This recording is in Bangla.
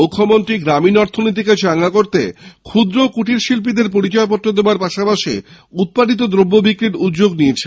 মুখ্যমন্ত্রী গ্রামীণ অর্থনীতিকে চাঙ্গা করতে ক্ষুদ্র ও কুটির শিল্পীদের পরিচয়পত্র দেওয়ার পাশাপাশি উৎপাদিত দ্রব্য বিক্রির উদ্যোগ নিয়েছেন